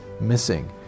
missing